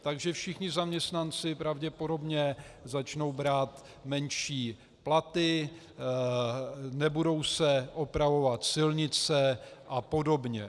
Takže všichni zaměstnanci pravděpodobně začnou brát menší platy, nebudou se opravovat silnice a podobně.